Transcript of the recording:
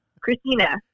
Christina